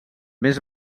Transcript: més